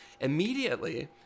immediately